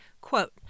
Quote